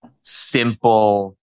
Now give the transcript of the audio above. simple